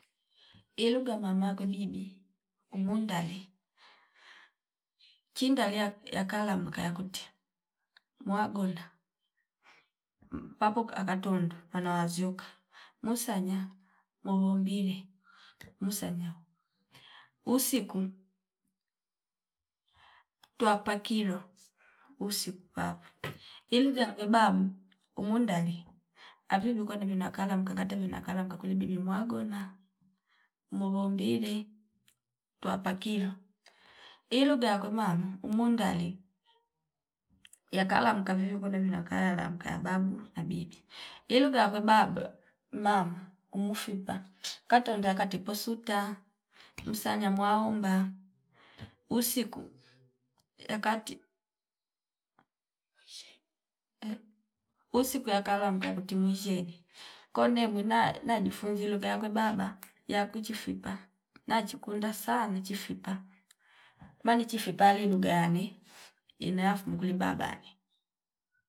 Ilugha mama kwe bibi umundale chindalia yakala makaya koti mwagonda mmpapo aka tondo pano wazioka musanya molo mbile usanya usiku twapakilo usiku paapa ilichakwe bam umundali avivwi kwani vina kala mkangate vina kala mkakoji biib mwagona mulombile twapakila ilugha akwe mamo umandali yakaba mkavivi kola mnakayala mkaya bambu na bibi ilugha yakwe baab maam umufipa katonda kati posuta msanya mwaomba usiku yakati. Usiku yaka lwanga yeti muzshiwene kone mwina najifunzili lugha yakwe baba yakuchi fipa nachikunda sana nachi fipa mani chifipale ilugha yane ino ya fumuliku babane